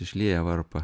išlieja varpą